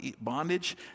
bondage